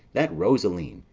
that rosaline,